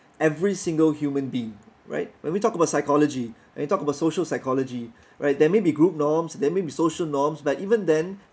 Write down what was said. every single human being right when we talk about psychology when we talk about social psychology right there may be group norms there maybe social norms but even then